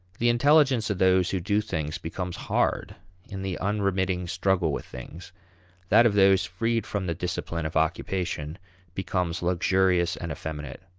the intelligence of those who do things becomes hard in the unremitting struggle with things that of those freed from the discipline of occupation becomes luxurious and effeminate.